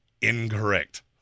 Incorrect